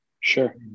Sure